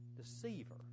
deceiver